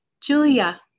Julia